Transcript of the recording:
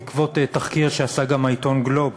בעקבות תחקיר שעשה גם העיתון "גלובס",